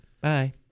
Bye